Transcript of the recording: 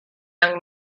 young